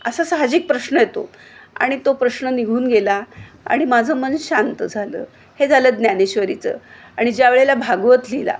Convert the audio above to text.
असा साहजिक प्रश्न येतो आणि तो प्रश्न निघून गेला आणि माझं मन शांत झालं हे झालं ज्ञानेश्वरीचं आणि ज्यावेळेला भागवत लिहिला